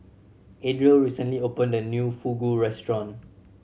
Adriel recently opened a new Fugu Restaurant